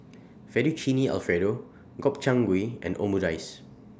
Fettuccine Alfredo Gobchang Gui and Omurice